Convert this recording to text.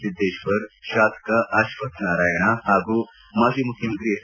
ಸಿದ್ದೇಶ್ವರ್ ಶಾಸಕ ಅಶ್ವಕ್ಥ ನಾರಾಯಣ ಹಾಗೂ ಮಾಜಿ ಮುಖ್ಯಮಂತ್ರಿ ಎಸ್